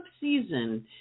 season